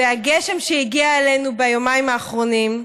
הגשם שהגיע אלינו ביומיים האחרונים.